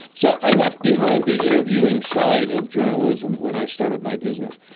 so i left behind the interviewing side of journalism when i started my business,